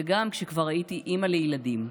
וגם כשכבר הייתי אימא לילדים".